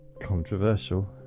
Controversial